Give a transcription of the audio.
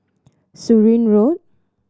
Surin Road